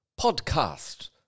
podcast